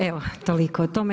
Evo toliko o tome.